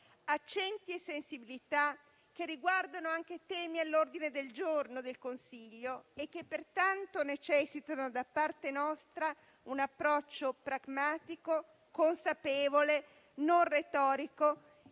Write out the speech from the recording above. accenti e sensibilità che riguardano anche temi all'ordine del giorno del Consiglio e che pertanto necessitano da parte nostra di un approccio pragmatico, consapevole, non retorico, in linea con